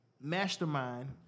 mastermind